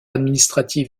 administratif